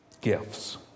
gifts